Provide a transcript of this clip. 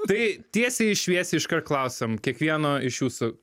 tai tiesiai šviesiai iškart klausiam kiekvieno iš jūsų